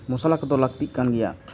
ᱢᱚᱥᱞᱟ ᱠᱚᱫᱚ ᱞᱟᱹᱠᱛᱤᱜ ᱠᱟᱱ ᱜᱮᱭᱟ